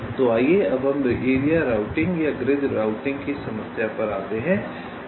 तो आइए अब हम एरिया राउटिंग या ग्रिड राउटिंग की समस्या पर आते हैं